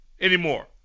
anymore